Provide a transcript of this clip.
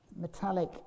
metallic